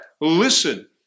Listen